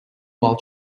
while